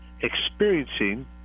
experiencing